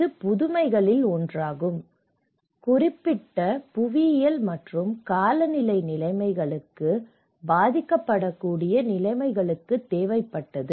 இது புதுமைகளில் ஒன்றாகும் இது குறிப்பிட்ட புவியியல் மற்றும் காலநிலை நிலைமைகளுக்கு பாதிக்கப்படக்கூடிய நிலைமைகளுக்கு தேவைப்பட்டது